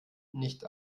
nicht